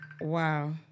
Wow